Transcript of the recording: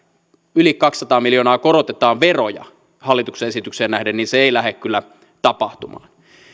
yli kaksisataa miljoonaa korotetaan veroja hallituksen esitykseen nähden se ei lähde kyllä tapahtumaan